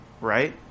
right